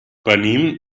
venim